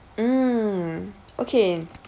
mm okay